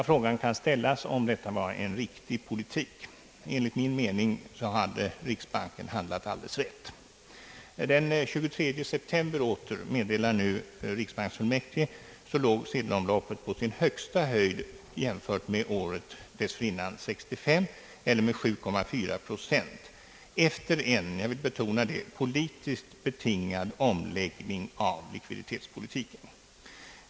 Frågan kan ställas om detta var en riktig politik. Enligt min mening hade riksbanken handlat alldeles rätt. Den 23 september åter, meddelar nu riksbanksfullmäktige, låg sedelomloppet på sin högsta höjd jämfört med året dessförinnan, 1965, eller med 7,4 procent efter en — jag vill betona det — Politiskt betingad omläggning av likviditetspolitiken.